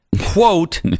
Quote